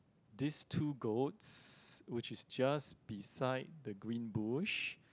this two goats which is just beside the green bush